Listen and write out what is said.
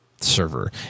server